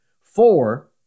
Four